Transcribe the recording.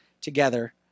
together